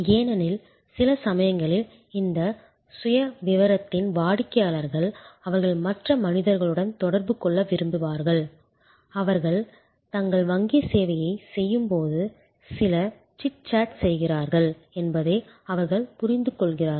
ஏனெனில் சில சமயங்களில் இந்த சுயவிவரத்தின் வாடிக்கையாளர்கள் அவர்கள் மற்ற மனிதர்களுடன் தொடர்பு கொள்ள விரும்புவார்கள் அவர்கள் தங்கள் வங்கிச் சேவையைச் செய்யும்போது சில சிட் சாட் செய்கிறார்கள் என்பதை அவர்கள் புரிந்துகொள்கிறார்கள்